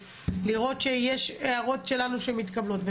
לראות שההערות שלנו מתקבלות.